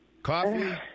Coffee